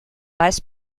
vice